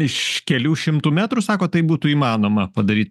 iš kelių šimtų metrų sakot tai būtų įmanoma padaryt